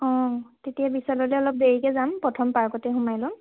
অঁ তেতিয়া বিশাললে অলপ দেৰিকে যাম প্ৰথম পাৰ্কতে সোমাই ল'ম